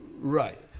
right